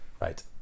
right